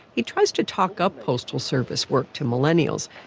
he tries to talk up postal service work to millennials.